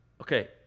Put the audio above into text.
okay